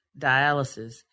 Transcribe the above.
dialysis